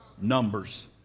Numbers